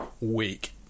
week